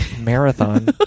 marathon